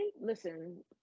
Listen